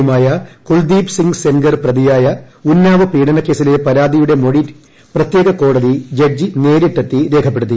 യുമായ കുൽദീപ് സിംഗ് സെൻഗർ പ്രതിയായ ഉന്നാവ് പീഡ്ചന്ക്കേസിലെ പരാതിക്കാരിയുടെ മൊഴി പ്രത്യേക കോടതി ജഡ്ജി നേരിട്ടെത്തി രേഖപ്പെടുത്തി